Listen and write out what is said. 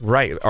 Right